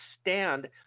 stand